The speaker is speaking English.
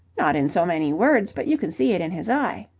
not in so many words, but you can see it in his eye.